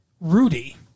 Rudy